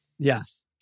Yes